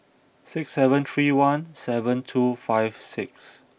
six seven three one seven two five six